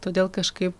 todėl kažkaip